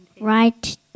right